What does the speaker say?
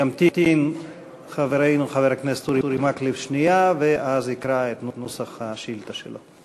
ימתין חברנו חבר הכנסת אורי מקלב שנייה ואז יקרא את נוסח השאילתה שלו.